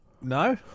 No